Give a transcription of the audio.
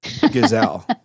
gazelle